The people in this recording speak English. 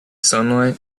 sunlight